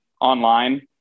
online